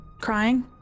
crying